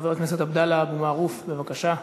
חבר הכנסת עבדאללה אבו מערוף, בבקשה.